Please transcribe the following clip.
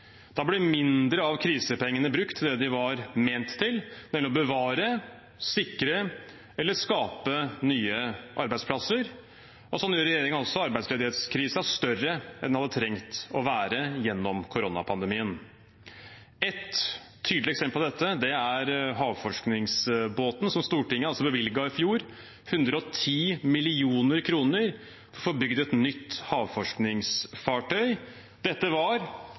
Da blir mindre av krisepengene brukt til det de var ment til, nemlig å bevare, sikre eller skape nye arbeidsplasser, og slik gjør regjeringen også arbeidsledighetskrisen større enn den hadde trengt å være gjennom koronapandemien. Ett tydelig eksempel på dette er havforskningsbåten – Stortinget bevilget i fjor 110 mill. kr til å få bygd et nytt havforskningsfartøy. Dette var